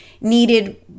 needed